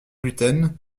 gluten